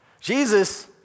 Jesus